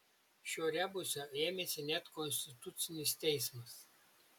šio rebuso ėmėsi net konstitucinis teismas